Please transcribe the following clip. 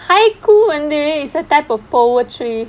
haikyuu வந்து:vanthu is a type of poetry